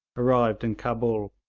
arrived in cabul,